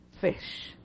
fish